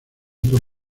por